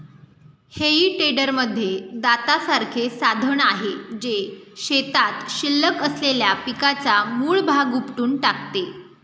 हेई टेडरमध्ये दातासारखे साधन आहे, जे शेतात शिल्लक असलेल्या पिकाचा मूळ भाग उपटून टाकते